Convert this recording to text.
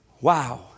Wow